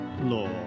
Law